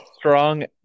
Strong